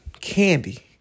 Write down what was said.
candy